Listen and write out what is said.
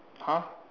!huh!